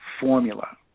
formula